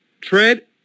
tread